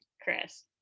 Chris